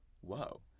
whoa